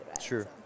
sure